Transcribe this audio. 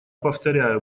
повторяю